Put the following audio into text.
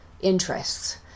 interests